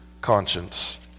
conscience